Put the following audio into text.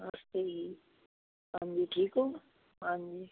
ਨਮਸਤੇ ਜੀ ਹਾਂਜੀ ਠੀਕ ਹੋ ਹਾਂਜੀ